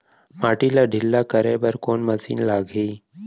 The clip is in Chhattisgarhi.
माटी ला ढिल्ला करे बर कोन मशीन लागही?